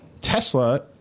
Tesla